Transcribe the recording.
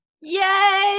Yay